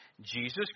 Jesus